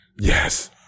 Yes